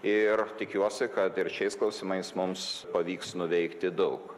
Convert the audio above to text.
ir tikiuosi kad ir šiais klausimais mums pavyks nuveikti daug